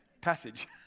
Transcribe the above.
passage